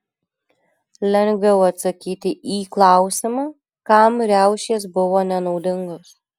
lengviau atsakyti į klausimą kam riaušės buvo nenaudingos